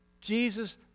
Jesus